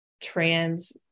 trans